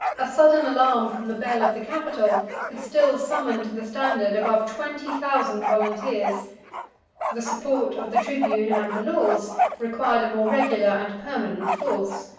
a sudden alarm from the bell of the capitol could still summon to the standard above twenty thousand volunteers the support of the tribune and the laws required a more regular and permanent force.